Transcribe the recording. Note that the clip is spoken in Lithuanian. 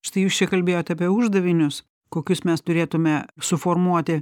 štai jūs čia kalbėjot apie uždavinius kokius mes turėtume suformuoti